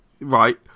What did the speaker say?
right